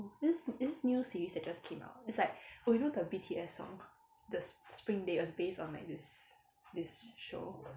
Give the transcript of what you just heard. this it's this new series that just came out it's like oh you know the B_T_S song the spring day was based on like this this show